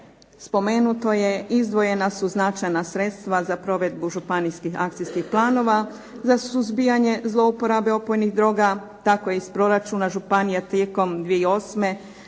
spomenuto je izdvojena su značajna sredstva za provedbu županijskih akcijskih planova za suzbijanje zlouporabe opojnih droga. Tako je iz proračuna županija tijekom 2008.